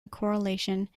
correlation